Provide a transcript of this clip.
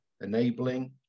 enabling